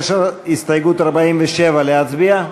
יש הסתייגות, 47. האם להצביע?